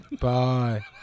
Bye